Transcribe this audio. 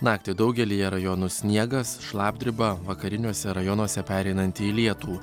naktį daugelyje rajonų sniegas šlapdriba vakariniuose rajonuose pereinanti į lietų